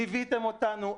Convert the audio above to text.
ליוויתם אותנו,